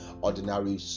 ordinary